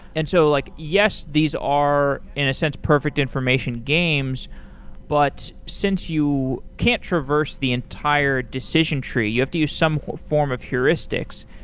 and so like yes, these are, in a sense, perfect information games but since you can't traverse the entire decision tree, you have to use some form of heuristics.